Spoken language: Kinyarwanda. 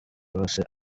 bose